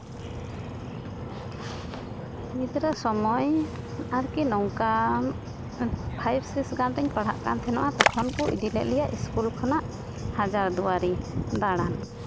ᱜᱤᱫᱽᱨᱟᱹ ᱥᱚᱢᱚᱭ ᱟᱨᱠᱤ ᱱᱚᱝᱠᱟᱱ ᱯᱷᱟᱭᱤᱵᱷ ᱥᱤᱠᱥ ᱜᱟᱱ ᱨᱤᱧ ᱯᱟᱲᱦᱟᱜ ᱠᱟᱱ ᱛᱟᱦᱮᱱᱚᱜᱼᱟ ᱛᱚᱠᱷᱚᱱ ᱠᱚ ᱤᱫᱤ ᱞᱮᱫ ᱞᱮᱭᱟ ᱤᱥᱠᱩᱞ ᱠᱷᱚᱱᱟᱜ ᱦᱟᱡᱟᱨ ᱫᱩᱣᱟᱨᱤ ᱫᱟᱬᱟᱱ